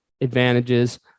advantages